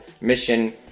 mission